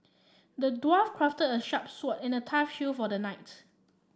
the dwarf crafted a sharp sword and a tough shield for the knight